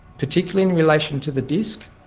particularly in relation to the disc.